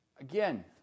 Again